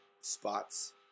spots